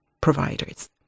providers